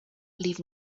leave